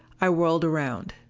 i whirled around.